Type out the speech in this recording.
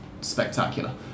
spectacular